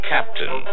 Captain